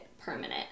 permanent